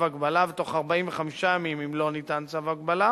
הגבלה ובתוך 45 ימים אם לא ניתן צו הגבלה,